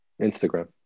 Instagram